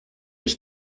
ich